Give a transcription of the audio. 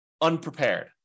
unprepared